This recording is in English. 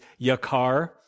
yakar